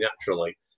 naturally